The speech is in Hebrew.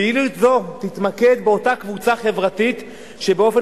פעילות זו תתמקד באותה קבוצה חברתית שבאופן